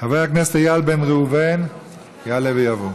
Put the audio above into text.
חבר הכנסת איל בן ראובן יעלה ויבוא.